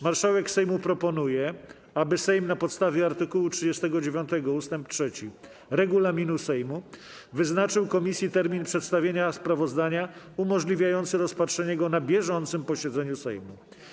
Marszałek Sejmu proponuje, aby Sejm, na podstawie art. 39 ust. 3 regulaminu Sejmu, wyznaczył komisji termin przedstawienia sprawozdania umożliwiający rozpatrzenie go na bieżącym posiedzeniu Sejmu.